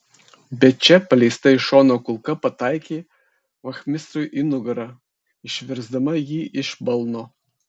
bet čia paleista iš šono kulka pataikė vachmistrui į nugarą išversdama jį iš balno